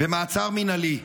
במעצר מינהלי,